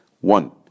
One